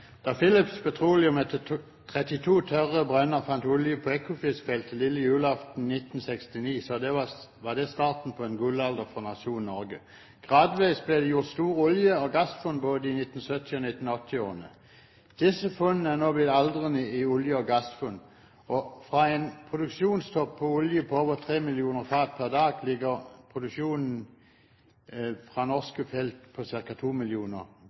Da Phillips Petroleum etter 32 tørre brønner fant olje på Ekofiskfeltet lille julaften 1969, var det starten på en gullalder for nasjonen Norge. Gradvis ble det gjort store olje- og gassfunn, både i 1970-årene og i 1980-årene. Disse funnene er nå blitt aldrende olje- og gassfunn. Fra en produksjonstopp for olje på over 3 millioner fat per dag ligger produksjonen på norske felt nå på ca. 2 millioner